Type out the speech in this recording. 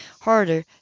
harder